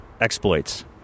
exploits